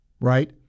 right